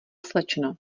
slečno